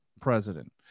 president